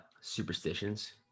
superstitions